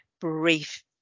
brief